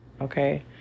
Okay